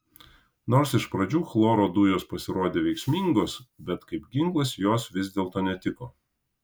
nors iš pradžių chloro dujos pasirodė veiksmingos bet kaip ginklas jos vis dėlto netiko